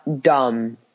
dumb